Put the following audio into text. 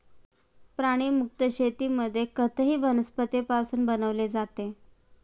प्राणीमुक्त शेतीमध्ये खतही वनस्पतींपासून बनवले जाते